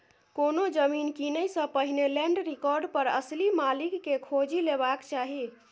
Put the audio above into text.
कोनो जमीन कीनय सँ पहिने लैंड रिकार्ड पर असली मालिक केँ खोजि लेबाक चाही